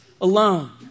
alone